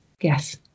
Yes